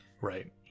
Right